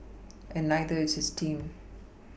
and neither is his team